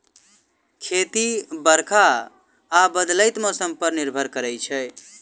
खेती बरखा आ बदलैत मौसम पर निर्भर करै छै